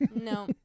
No